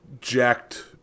jacked